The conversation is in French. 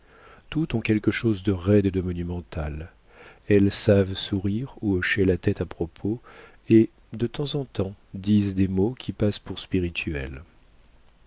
toutes ont quelque chose de roide et de monumental elles savent sourire ou hocher la tête à propos et de temps en temps disent des mots qui passent pour spirituels